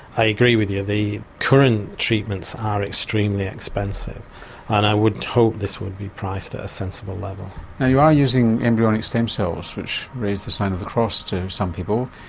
i agree with you the current treatments are extremely expensive and i would hope this would be priced at ah a sensible level. and you are using embryonic stem cells which raise the sign of the cross to some people,